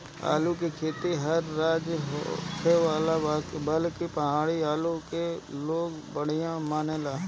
आलू के खेती हर राज में होखेला बाकि पहाड़ी आलू के लोग बढ़िया मानेला